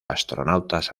astronautas